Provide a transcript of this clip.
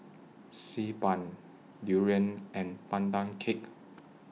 Xi Ban Durian and Pandan Cake